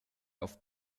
auf